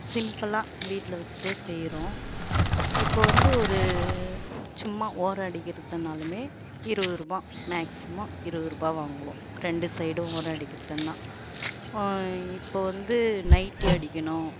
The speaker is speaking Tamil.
சிம்பிளா வீட்டில் வச்சுட்டே செய்கிறோம் இப்போது வந்து ஒரு சும்மா ஓரம் அடிக்கிறதுனாலுமே இருபது ரூபாய் மேக்ஸிமம் இருபது ரூபாய் வாங்குவோம் ரெண்டு சைடும் ஓரம் அடிக்கிறதுன்னால் இப்போது வந்து நைட்டி அடிக்கணும்